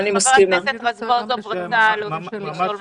חבר הכנסת רזבוזוב רצה להוסיף.